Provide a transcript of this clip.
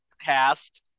cast